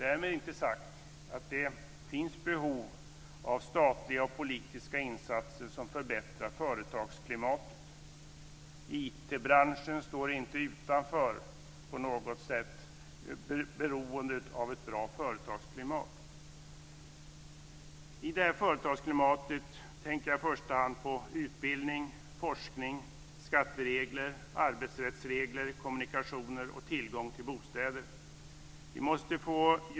Därmed inte sagt att det inte finns behov av statliga och politiska insatser som förbättrar företagsklimatet. IT-branschen står inte på något sätt utanför beroendet av ett bra företagsklimat. I detta företagsklimat tänker jag i första hand på utbildning, forskning, skatteregler, arbetsrättsregler, kommunikationer och tillgång till bostäder.